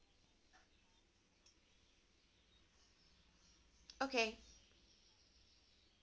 okay